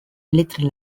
letra